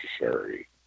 necessary